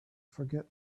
forget